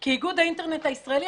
כי איגוד האינטרנט הישראלי,